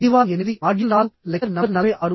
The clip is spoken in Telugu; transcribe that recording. ఇది వారం 8మాడ్యూల్ నంబర్ 4 లెక్చర్ నంబర్ 46